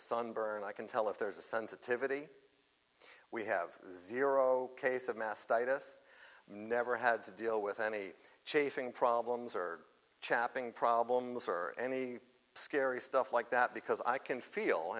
sunburn i can tell if there's a sensitivity we have zero case of mastitis never had to deal with any chafing problems or chapping problems or any scary stuff like that because i can feel